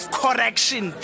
correction